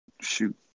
shoot